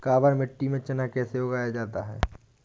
काबर मिट्टी में चना कैसे उगाया जाता है?